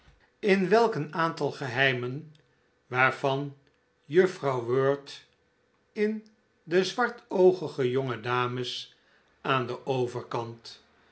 in welk een aantal geheimen waarvan juffrouw wirt en de zwartoogige jonge dames aan den overkant